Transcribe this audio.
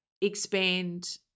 expand